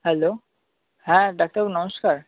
hello হ্যাঁ ডাক্তারবাবু নমস্কার